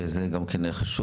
וזה גם כן חשוב,